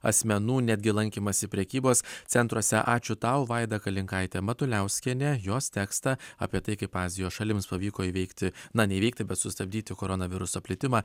asmenų netgi lankymąsi prekybos centruose ačiū tau vaida kalinkaitė matuliauskienė jos tekstą apie tai kaip azijos šalims pavyko įveikti na neįveikti bet sustabdyti koronaviruso plitimą